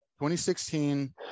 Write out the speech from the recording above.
2016